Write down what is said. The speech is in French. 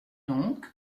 donc